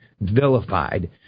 vilified